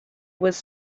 was